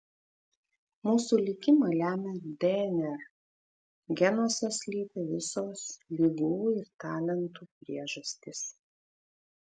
mūsų likimą lemia dnr genuose slypi visos ligų ir talentų priežastys